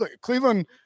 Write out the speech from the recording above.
Cleveland